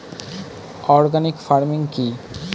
Organic farming কি?